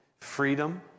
freedom